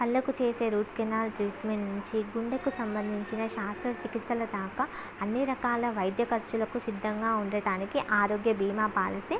పళ్ళకు చేసే root canal treatment నుంచి గుండెకు సంబంధించిన శాస్త్ర చికిత్సల దాకా అన్ని రకాల వైద్య ఖర్చులకు సిద్ధంగా ఉండటానికి ఆరోగ్య భీమా పాలసీ